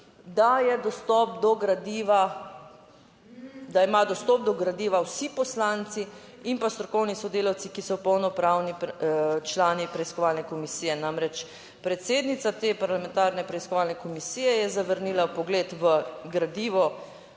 da imajo dostop do gradiva vsi poslanci in pa strokovni sodelavci, ki so polnopravni člani preiskovalne komisije. Namreč, predsednica te parlamentarne preiskovalne komisije je zavrnila vpogled v gradivo,